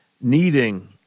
needing